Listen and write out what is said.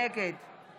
נגד